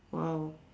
!wow!